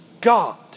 God